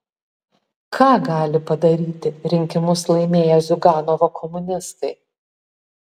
ką gali padaryti rinkimus laimėję ziuganovo komunistai